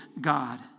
God